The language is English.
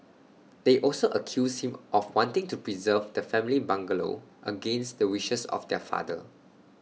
they also accused him of wanting to preserve the family's bungalow against the wishes of their father